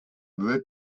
lit